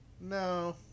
no